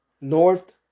North